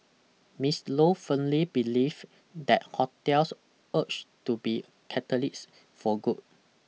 Miss Lo firmly believe that hotels urge to be catalysts for good